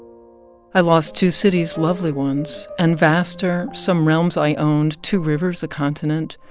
i lost two cities, lovely ones and, vaster, some realms i owned, two rivers, a continent.